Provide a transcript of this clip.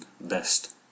best